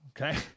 Okay